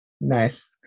Nice